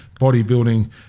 bodybuilding